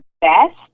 best